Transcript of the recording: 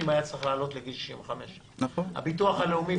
היא צריך לעלות לגיל 65. הביטוח הלאומי,